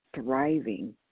thriving